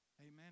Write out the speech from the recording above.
Amen